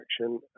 action